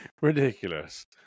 Ridiculous